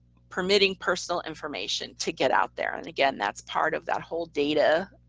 permitting personal information to get out there and again that's part of that whole data